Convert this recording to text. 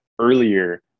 earlier